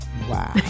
Wow